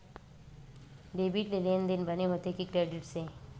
Debit से लेनदेन बने होथे कि क्रेडिट से?